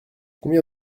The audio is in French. combien